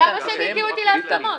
למה שהם יגיעו אתי להסכמות?